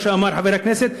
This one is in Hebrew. מה שאמר חבר הכנסת.